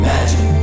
Magic